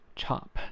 ，chop